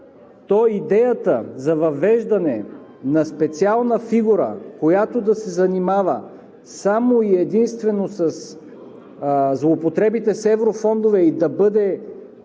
че идеята за въвеждане на специална фигура, която да се занимава само и единствено със злоупотребите с еврофондовете и да бъде